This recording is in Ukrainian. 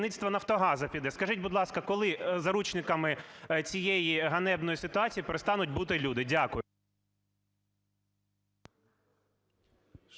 Дякую.